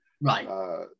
Right